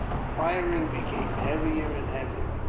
the firing became heavier and heavier,